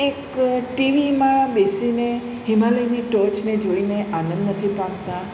એક ટીવીમાં બેસીને હિમાલયની ટોચને જોઈને આનંદ નથી પામતા